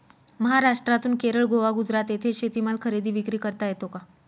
महाराष्ट्रातून केरळ, गोवा, गुजरात येथे शेतीमाल खरेदी विक्री करता येतो का?